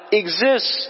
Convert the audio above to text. exists